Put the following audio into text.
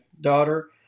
daughter